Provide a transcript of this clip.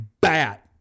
bat